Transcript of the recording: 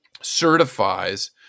certifies